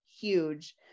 huge